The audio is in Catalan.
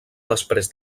després